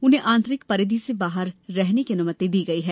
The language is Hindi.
उन्हें आंतरिक परिधि से बाहर रहने की अनुमति दी गई है